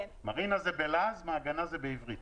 מרינה זה בלעז, מעגנה זה בעברית.